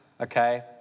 okay